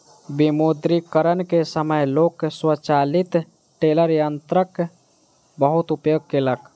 विमुद्रीकरण के समय लोक स्वचालित टेलर यंत्रक बहुत उपयोग केलक